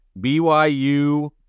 BYU